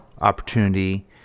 opportunity